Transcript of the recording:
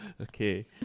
Okay